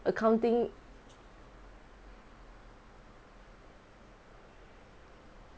accounting